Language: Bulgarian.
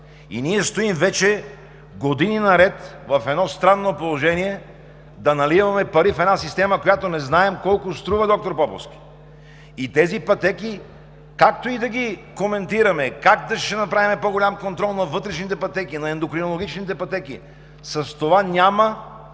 Ние вече години наред стоим в едно странно положение да наливаме пари в една система, която не знаем колко струва, доктор Поповски. Тези пътеки, колкото и да коментираме как ще направим по-голям контрол на вътрешните пътеки, на ендокринологичните пътеки с това няма